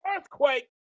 earthquake